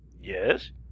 Yes